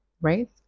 right